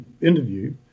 interview